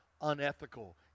unethical